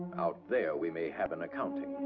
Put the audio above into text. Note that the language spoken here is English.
out there we may have an accounting.